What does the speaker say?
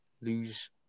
Lose